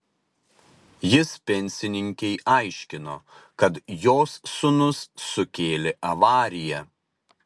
jis pensininkei aiškino kad jos sūnus sukėlė avariją